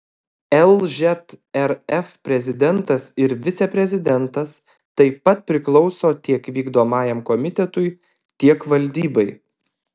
lžrf prezidentas ir viceprezidentas taip pat priklauso tiek vykdomajam komitetui tiek valdybai